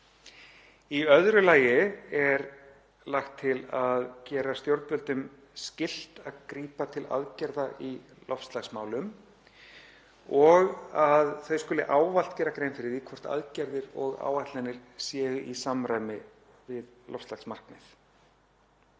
Í öðru lagi er lagt til að gera stjórnvöldum skylt að grípa til aðgerða í loftslagsmálum og að þau skuli ávallt gera grein fyrir því hvort aðgerðir og áætlanir séu í samræmi við loftslagsmarkmið.